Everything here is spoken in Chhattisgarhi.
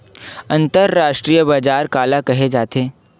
अंतरराष्ट्रीय बजार काला कहे जाथे?